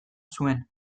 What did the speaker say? zuen